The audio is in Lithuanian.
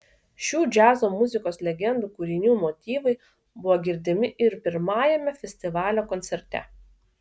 šių džiazo muzikos legendų kūrinių motyvai buvo girdimi ir pirmajame festivalio koncerte